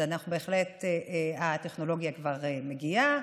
הטכנולוגיה כבר מגיעה,